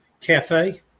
Cafe